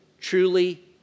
truly